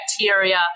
bacteria